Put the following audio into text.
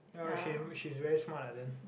oh she she's very smart lah then